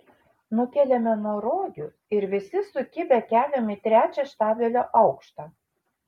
nukeliame nuo rogių ir visi sukibę keliam į trečią štabelio aukštą